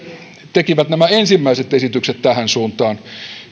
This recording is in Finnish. tekivät nämä ensimmäiset esitykset tähän suuntaan